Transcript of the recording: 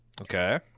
Okay